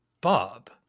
Bob